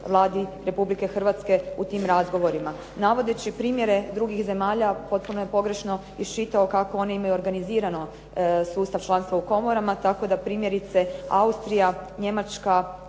Vladi Republike Hrvatske u tim razgovorima. Navodeći primjere drugih zemalja potpuno je pogrešno iščitao kako oni imaju organizirano sustav članstva u komorama, tako da primjerice Austrija, Njemačka,